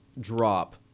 drop